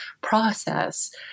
process